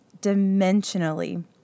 dimensionally